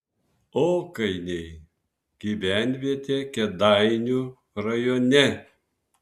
okainiai gyvenvietė kėdainių rajone